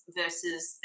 versus